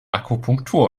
akupunktur